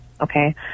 okay